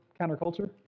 counterculture